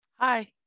Hi